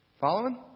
Following